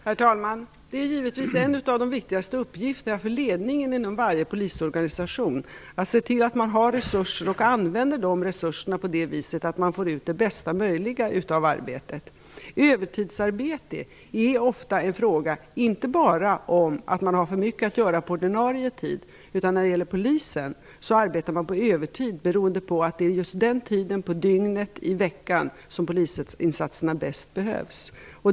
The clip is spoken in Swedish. Herr talman! Det är givetvis en av de viktigaste uppgifterna för ledningen inom varje polisorganisation att se till att man har resurser och att man använder dem så att man får ut det bästa möjliga av arbetet. Övertidsarbete handlar inte bara om att man har för mycket att göra på ordinarie arbetstid. Att man inom Polisen arbetar övertid beror på att det är vid just den tiden på dygnet och i veckan som polisinsatserna bäst behövs.